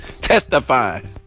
testifying